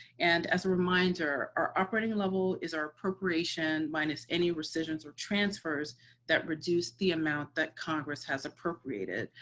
and as a reminder, our operating level is our appropriation minus any rescissions or transfers that reduce the amount that congress has appropriated.